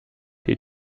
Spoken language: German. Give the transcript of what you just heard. die